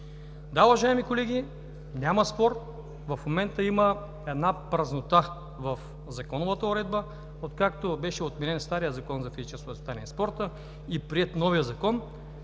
Да, уважаеми колеги, няма спор, в момента има празнота в законовата уредба – откакто беше отменен старият Закон за физическото възпитание и спорта и приет новият закон,